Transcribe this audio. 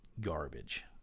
garbage